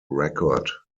record